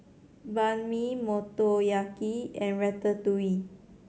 Banh Mi Motoyaki and Ratatouille